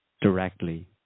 directly